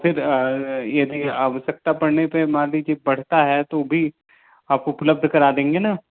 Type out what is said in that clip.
फिर यदि आवश्यकता पड़ने पे मान लीजिए पड़ती है तो भी आप उपलब्ध करा देंगे ना